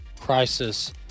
crisis